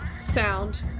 sound